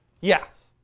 yes